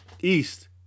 east